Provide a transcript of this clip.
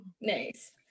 Nice